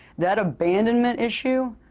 that abandonment issue,